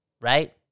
right